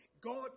God